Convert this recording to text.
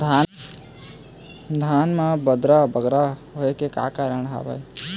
धान म बदरा बगरा होय के का कारण का हवए?